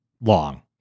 long